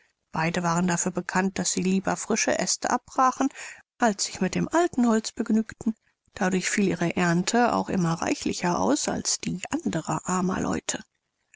beide waren dafür bekannt daß sie lieber frische aeste abbrachen als sich mit dem alten holz begnügten dadurch fiel ihre erndte auch immer reichlicher aus als die anderer armen leute